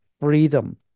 freedom